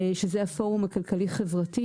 שזה הפורום הכלכלי-חברתי.